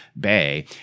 Bay